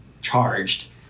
charged